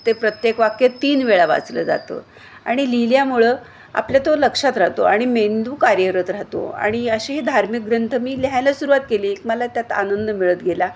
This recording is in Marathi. ते प्रत्येक वाक्य तीन वेळा वाचलं जातं आणि लिहिल्यामुळं आपल्या तो लक्षात राहतो आणि मेंदू कार्यरत राहतो आणि असे हे धार्मिक ग्रंथ मी लिहायला सुरुवात केली एक मला त्यात आनंद मिळत गेला